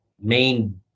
main